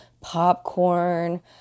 popcorn